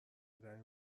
آدمی